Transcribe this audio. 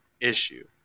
issue